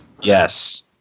Yes